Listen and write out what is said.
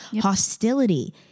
Hostility